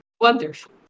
Wonderful